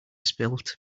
spilt